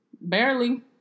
Barely